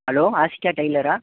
hello Ashika டைலரா